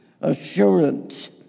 assurance